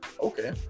Okay